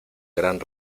gran